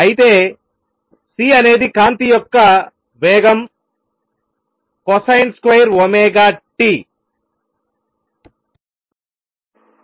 అయితే C అనేది కాంతి యొక్క వేగము కొసైన్ స్క్వేర్ ఒమేగా t